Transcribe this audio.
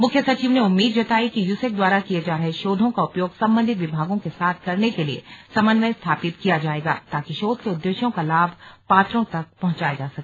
मुख्य सचिव ने उम्मीद जताई कि यूसैक द्वारा किये जा रहे शोधों का उपयोग संबंधित विभागों के साथ करने के लिए समन्वय स्थापित किंया जाएगा ताकि शोध के उद्देश्यों का लाभ पात्रों तक पहुंचाया जा सके